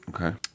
Okay